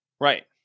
Right